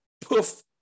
poof